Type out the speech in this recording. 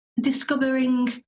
discovering